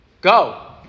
Go